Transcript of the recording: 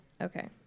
Okay